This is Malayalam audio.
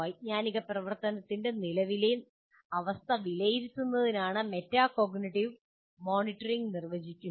വൈജ്ഞാനിക പ്രവർത്തനത്തിന്റെ നിലവിലെ അവസ്ഥ വിലയിരുത്തുന്നതിനാണ് മെറ്റാകോഗ്നിറ്റീവ് മോണിറ്ററിംഗ് നിർവചിച്ചിരിക്കുന്നത്